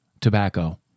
tobacco